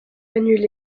annulée